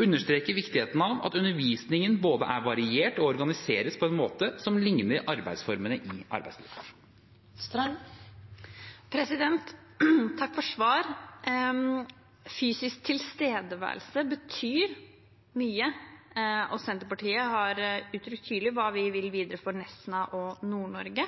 understreker viktigheten av at undervisningen både er variert og organiseres på en måte som ligner arbeidsformene i arbeidslivet. Takk for svaret. Fysisk tilstedeværelse betyr mye, og Senterpartiet har uttrykt tydelig hva vi vil videre for Nesna og